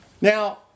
Now